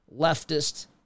leftist